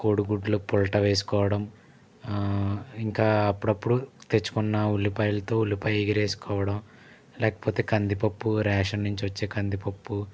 కోడిగుడ్ల పొరటు వేసుకోవడం ఇంకా అప్పుడప్పుడు తెచ్చుకున్న ఉల్లిపాయలతో ఉల్లిపాయ ఎగురేసుకోవడం లేకపోతే కందిపప్పు రేషన్ నుంచి వచ్చే కందిపప్పు